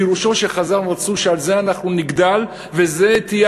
פירושו שחז"ל רצו שעל זה אנחנו נגדל וזו תהיה